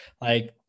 Like-